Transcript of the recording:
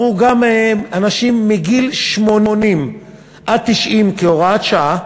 ואמרו: גם אנשים מגיל 80 ועד גיל 90, כהוראת שעה,